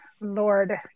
lord